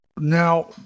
Now